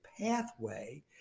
pathway